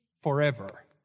forever